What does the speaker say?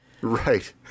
Right